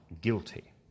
guilty